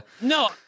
no